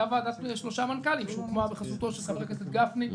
אותה ועדת שלושה מנכ"לים שהוקמה בחסותו של חבר הכנסת גפני.